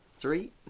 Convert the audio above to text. three